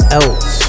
else